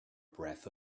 breath